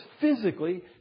physically